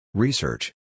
Research